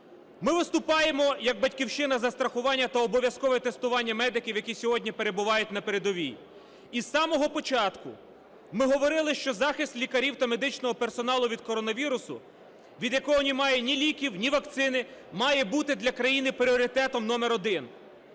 Ми виступаємо як "Батьківщина" за страхування та обов'язкове тестування медиків, які сьогодні перебувають на передовій. Із самого початку ми говорили, що захист лікарів та медичного персоналу від коронавірусу, від якого немає ні ліків, ні вакцини, має бути для країни пріоритетом номер один.